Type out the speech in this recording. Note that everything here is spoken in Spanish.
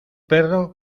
perro